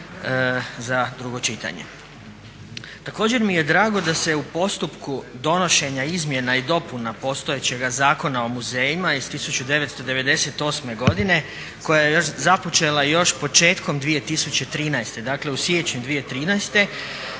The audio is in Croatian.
za drugo čitanje. Također mi je drago da se u postupku donošenja izmjena i dopuna postojećega Zakona o muzejima iz 1998. godine koja je započela još početkom 2013., dakle u siječnju 2013.